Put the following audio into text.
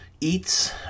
Eats